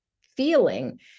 feeling